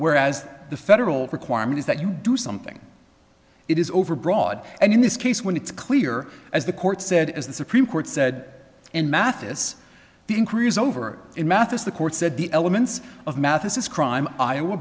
whereas the federal requirement is that you do something it is overbroad and in this case when it's clear as the court said as the supreme court said in mathis the increase is over in math as the court said the elements of mathis is crime iowa